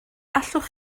allwch